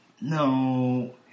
No